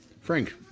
Frank